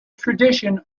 tradition